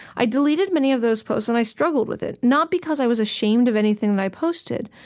i deleted many of those posts, and i struggled with it, not because i was ashamed of anything that i posted,